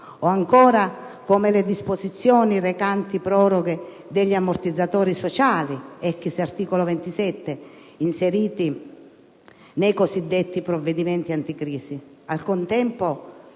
o ancora come le disposizioni recanti proroghe degli ammortizzatori sociali (ex articolo 27) inserite nei cosiddetti provvedimenti anticrisi.